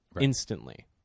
instantly